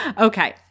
Okay